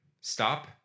stop